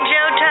Joe